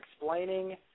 explaining